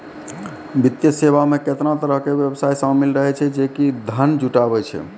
वित्तीय सेवा मे केतना तरहो के व्यवसाय शामिल रहै छै जे कि धन जुटाबै छै